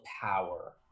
power